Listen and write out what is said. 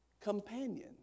companion